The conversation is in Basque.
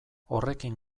horrekin